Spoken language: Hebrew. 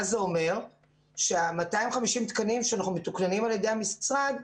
זה אומר שה-250 תקנים שאנחנו מתוקננים על המשרד,